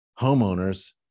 Homeowners